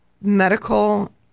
medical